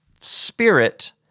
Spirit